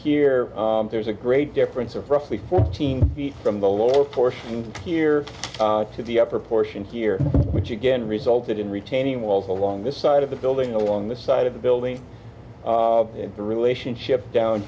here there's a great difference of roughly fourteen feet from the lower portion here to the upper portion here which again resulted in retaining walls along this side of the building along the side of the building and the relationship down